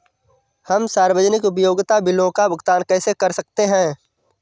हम सार्वजनिक उपयोगिता बिलों का भुगतान कैसे कर सकते हैं?